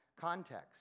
context